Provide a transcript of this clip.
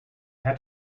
had